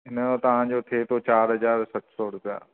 इनजो तव्हांजो थिए थो चारि हज़ार सत सौ रुपिया